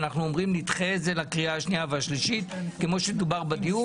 אנחנו אומרים נדחה את זה לקריאה השנייה והשלישית כמו שדובר בדיון.